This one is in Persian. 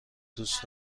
دوست